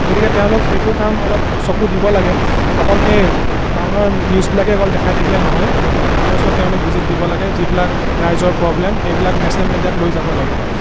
গতিকে তেওঁলোক সেইবোৰ কাম অলপ চকু দিব লাগে অকল সেই টাউনৰ নিউজবিলাকেই অকল দেখাই থাকিলে নহয় গতিকে গাঁও অঞ্চলত তেওঁলোক ভিজিট দিব লাগে যিবিলাক ৰাইজৰ প্ৰব্লেম সেইবিলাক নেশ্যনেল মিডিয়াত লৈ যাব লাগে